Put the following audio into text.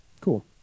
Cool